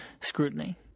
scrutiny